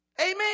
Amen